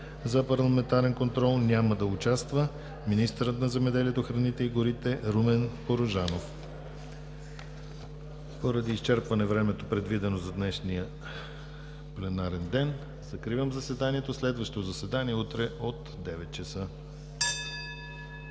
за парламентарен контрол няма да участва министърът на земеделието, храните и горите Румен Порожанов. Поради изчерпване на времето, предвидено за днешния пленарен ден, закривам заседанието. Следващо заседание, утре от 9,00 ч.